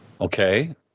Okay